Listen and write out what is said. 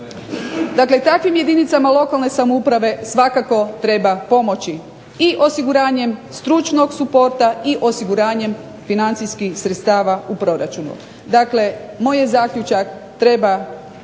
Dakle takvim jedinicama lokalne samouprave svakako treba pomoći i osiguranjem stručnog suporta i osiguranjem financijskih sredstava u proračunu. Dakle moj je zaključak, treba